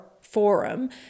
forum